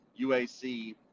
UAC